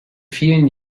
vielen